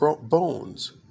bones